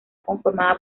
conformada